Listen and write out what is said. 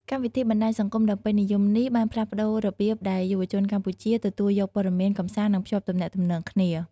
កម្មវិធីបណ្ដាញសង្គមដ៏ពេញនិយមនេះបានផ្លាស់ប្ដូររបៀបដែលយុវជនកម្ពុជាទទួលយកព័ត៌មាន កម្សាន្ត និងភ្ជាប់ទំនាក់ទំនងគ្នា។